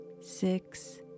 six